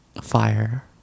fire